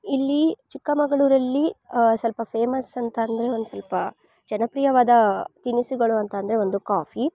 ಇಲ್ಲಿ ಚಿಕ್ಕಮಗಳೂರಲ್ಲಿ ಸ್ವಲ್ಪ ಫೇಮಸ್ ಅಂತಂದರೆ ಒಂದು ಸ್ವಲ್ಪ ಜನಪ್ರಿಯವಾದ ತಿನಿಸುಗಳು ಅಂತಂದರೆ ಒಂದು ಕಾಫಿ